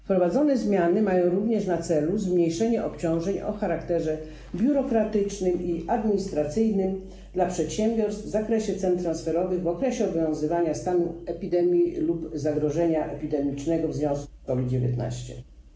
Wprowadzone zmiany mają również na celu zmniejszenie obciążeń o charakterze biurokratycznym i administracyjnym dla przedsiębiorstw w zakresie cen transferowych w okresie obowiązywania stanu epidemii lub zagrożenia epidemicznego w związku z COVID-19.